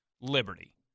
Liberty